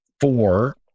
four